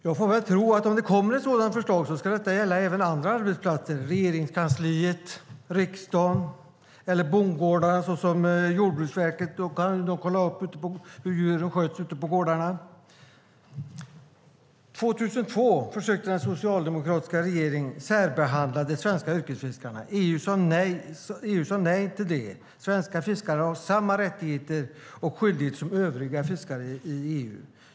Jag får väl tro att om det kommer ett sådant förslag så ska det gälla även andra arbetsplatser, Regeringskansliet, riksdagen eller bondgårdar så att Jordbruksverket kan kolla upp hur djuren sköts ute på gårdarna. År 2002 försökte den socialdemokratiska regeringen särbehandla de svenska yrkesfiskarna. EU sade nej till det. Svenska fiskare har samma rättigheter och skyldigheter som övriga fiskare i EU.